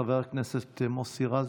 חבר הכנסת מוסי רז,